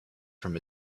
from